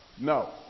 No